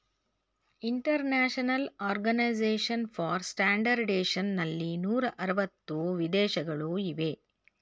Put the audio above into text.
international organization for standardization ನಲ್ಲಿ ನೂರ ಅರವತ್ತು ವಿದೇಶಗಳು ಇವೆ